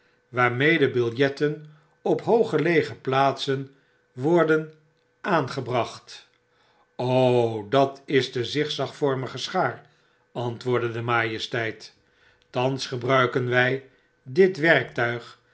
waarmede biljetten op hooggelegen plaatsen worden aangebracht dat is de zigzagvormige schaar antwoordde zgn majesteit thans gebruiken wg dit werktuig